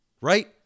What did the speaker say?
right